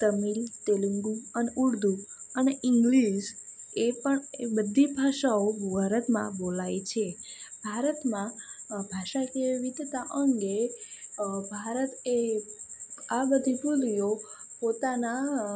તમિલ તેલુગુ અને ઉર્દૂ અને ઇંગ્લિશ એ પણ એ બધી ભાષાઓ ભારતમાં બોલાય છે ભારતમાં અ ભાષાકીય વિવિધતા અંગે ભારત એ આ બધી બોલીઓ પોતાના